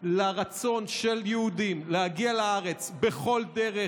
לרצון של יהודים להגיע לארץ בכל דרך,